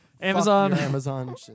Amazon